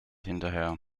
hinterher